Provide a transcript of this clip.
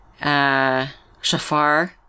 Shafar